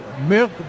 Milk